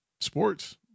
sports